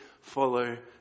follow